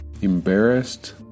embarrassed